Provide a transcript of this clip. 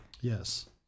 Yes